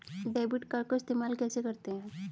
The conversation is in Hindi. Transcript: डेबिट कार्ड को इस्तेमाल कैसे करते हैं?